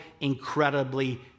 incredibly